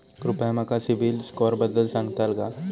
कृपया माका सिबिल स्कोअरबद्दल सांगताल का?